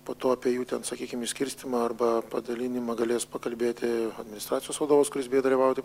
po to apie jų ten sakykim išskirstymą arba padalinimą galės pakalbėti administracijos vadovas kuris beje dalyvauti